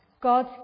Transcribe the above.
God